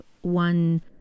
one